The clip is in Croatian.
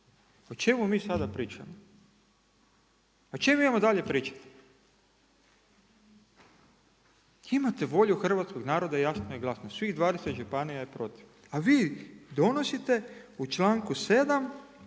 o čemu mi sada pričamo. O čem imamo dalje pričati? Imate volju hrvatskog naroda jasno i glasno. Svih 20 županija je protiv, a vi donosite u članku 7.